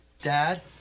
Dad